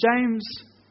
James